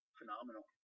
phenomenal